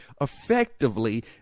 Effectively